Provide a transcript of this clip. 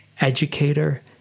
educator